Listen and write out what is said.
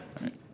right